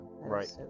Right